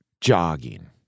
jogging